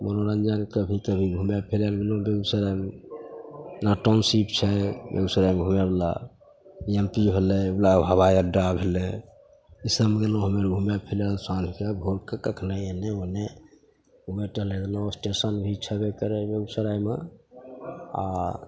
मनोरञ्जन कभी कभी घुमै फिरैले गेलहुँ बेगुसरायमे टाउनशिप छै बेगुसरायमे हुएवला बी एम पी भेलै हवाइ अड्डा भेलै ईसबमे गेलहुँ हमे आओर घुमै फिरैले साँझके भोरके कखनहु एन्ने ओन्ने घुमै टहलैले गेलहुँ स्टेशन भी छेबे करै बेगूसरायमे आओर